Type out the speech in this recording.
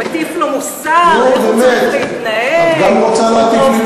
מטיף לו מוסר, את גם רוצה להטיף לי מוסר?